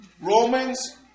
Romans